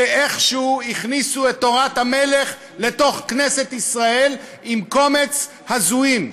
שאיכשהו הכניסו את "תורת המלך" לתוך כנסת ישראל עם קומץ הזויים.